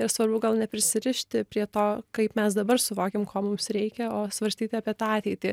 ir svarbu gal neprisirišti prie to kaip mes dabar suvokiam ko mums reikia o svarstyti apie tą ateitį